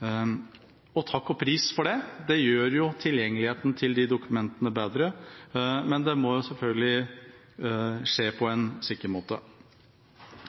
Takk og pris for det! Det gjør jo tilgjengeligheten til dokumentene bedre, men det må selvfølgelig skje på en sikker måte.